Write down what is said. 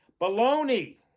Baloney